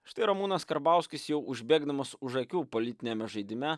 štai ramūnas karbauskis jau užbėgdamas už akių politiniame žaidime